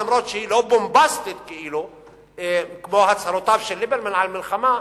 אף שהיא כאילו לא בומבסטית כמו הצהרותיו של ליברמן על מלחמה,